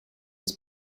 its